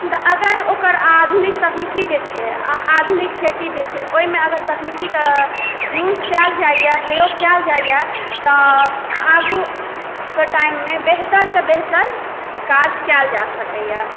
तऽ अगर ओकर आधुनिक तकनिकी जे छै आ आधुनिक खेती जे छै ओहिमे अगर तकनिकी के यूज़ कायल जाय या प्रयोग कायल जाय या तऽ आगू के टाइम मे बेहतर सऽ बेहतर काज कयल जा सकैया